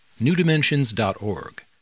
newdimensions.org